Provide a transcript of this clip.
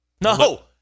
No